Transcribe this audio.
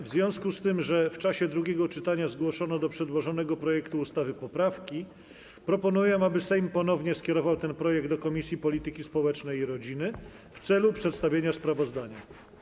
W związku z tym, że w czasie drugiego czytania zgłoszono do przedłożonego projektu ustawy poprawki, proponuję, aby Sejm ponownie skierował ten projekt do Komisji Polityki Społecznej i Rodziny w celu przedstawienia sprawozdania.